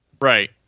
Right